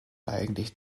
eigentlich